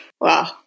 Wow